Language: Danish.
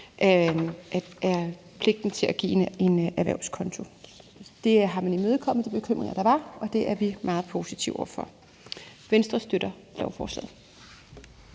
af pligten til at give en erhvervskonto. Man har imødekommet de bekymringer, der var, og det er vi meget positive over for. Venstre støtter lovforslaget.